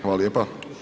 Hvala lijepa.